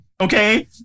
okay